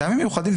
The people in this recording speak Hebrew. טעמים מיוחדים,